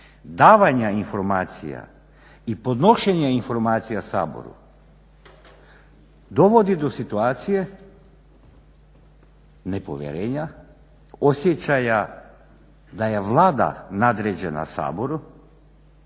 davanja informacija i podnošenja informacija Saboru dovodi do situacije nepovjerenja, osjećaja da je Vlada nadređena Saboru